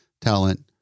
talent